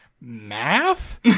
math